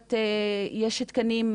אומרת כי יש תקנים,